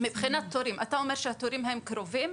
מבחינת תורים, אתה אומר שהתורים הם קרובים.